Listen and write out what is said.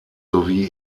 sowie